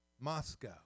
Moscow